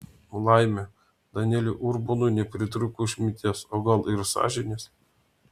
laimė danieliui urbonui nepritrūko išminties o gal ir sąžinės